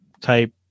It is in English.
type